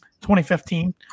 2015